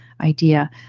idea